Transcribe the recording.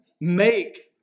make